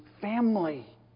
family